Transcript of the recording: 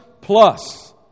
plus